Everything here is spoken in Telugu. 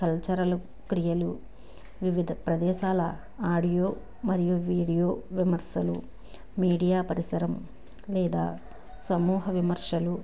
కల్చరలు క్రియలు వివిధ ప్రదేశాల ఆడియో మరియు వీడియో విమర్శలు మీడియా పరిసరం లేదా సమూహ విమర్శలు